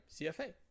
cfa